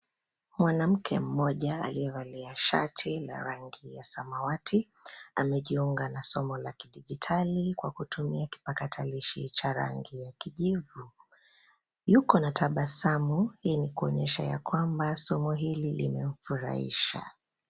Mwanamke Mmoja aliyevalia shati ya rangi ya samawati, amejiunga na somo la kijidigitali ,kwa kutumia kipakatalishi cha rangi ya kijivu. Yuko na tabasamu ,hii ni kuonyesha ya kwamba somo hili limemfurahisha.